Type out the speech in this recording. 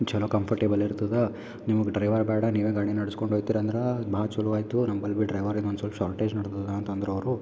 ಚಲೋ ಕಂಫರ್ಟೆಬಲ್ ಇರ್ತದ ನಿಮಗ್ ಡ್ರೈವರ್ ಬೇಡ ನೀವೇ ಗಾಡಿ ನಡಸ್ಕೊಂಡು ಹೋಯ್ತಿರ ಅಂದ್ರೆ ಭಾಳ್ ಚಲೋ ಆಯಿತು ನಮ್ಮ ಬಲ್ ಬಿ ಡ್ರೈವರಿಗೆ ಒಂದು ಸ್ವಲ್ಪ್ ಶಾರ್ಟೆಜ್ ನಡ್ದದ ಅಂತ ಅಂದರು ಅವರು